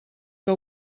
que